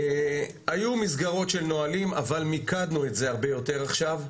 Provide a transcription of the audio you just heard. היו מסגרות של נהלים אבל מיקדנו את זה הרבה יותר עכשיו.